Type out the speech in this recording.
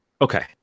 okay